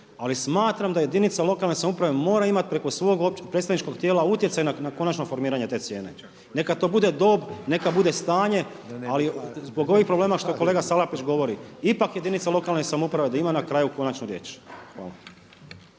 ali smatram da jedinica lokalne samouprave mora imati preko svog predstavničkog tijela utjecaj na konačno formiranje te cijene. Neka to bude dob, neka bude stanje ali zbog ovih problema što je kolega Salapić govori ipak jedinica lokalne samouprave da ima na kraju konačnu riječ. Hvala.